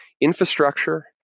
infrastructure